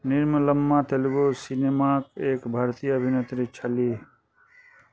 निर्मलम्मा तेलुगू सिनेमाक एक भारतीय अभिनेत्री छलीह